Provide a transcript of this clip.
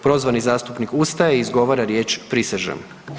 Prozvani zastupnik ustaje i izgovara riječ „prisežem“